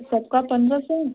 सबका पंद्रह सौ